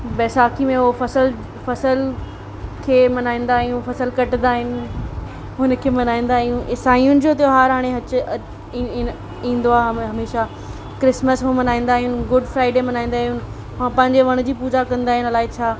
बैसाखी में उहे फसल फसल खे मल्हाईंदा आहियूं फसल कटंदा आहियूं हुनखे मल्हाईंदा आहियूं ईसायुनि जो त्योहार हाणे अचे ईं ईंदो आहे हमेशह क्रिसमस उहे मल्हाईंदा आहियूं गुड फ्राईडे मल्हाईंदा आहियूं ऐं पंहिंजे वण जी पूॼा कंदा आहियूं अलाए छा